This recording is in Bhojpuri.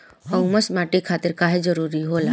ह्यूमस माटी खातिर काहे जरूरी होला?